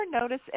notice